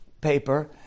paper